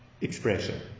expression